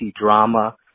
Drama